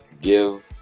give